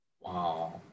wow